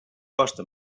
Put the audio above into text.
costa